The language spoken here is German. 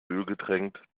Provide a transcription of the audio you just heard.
ölgetränkt